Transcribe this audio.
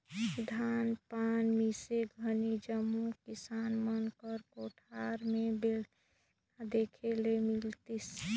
धान पान मिसे घनी जम्मो किसान मन कर कोठार मे बेलना देखे ले मिलतिस